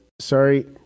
sorry